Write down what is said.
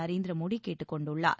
நரேந்திர மோடி கேட்டுக் கொண்டுள்ளார்